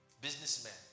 Businessman